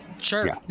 Sure